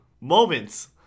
moments